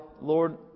Lord